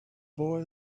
boy